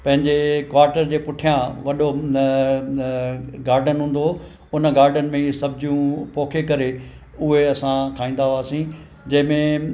पंहिंजे क्वाटर जे पुठियां वॾो गार्डन हूंदो हुओ उन गार्डन में सब्जियूं पोखे करे उहे असां खाईंदा हुआसीं जंहिंमें